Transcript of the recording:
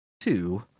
two